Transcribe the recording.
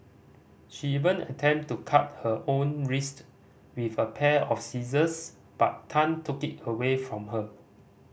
she even attempted to cut her own wrist with a pair of scissors but Tan took it away from her